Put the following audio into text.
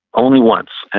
only once. and